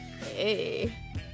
Hey